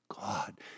God